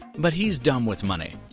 but he's dumb with money.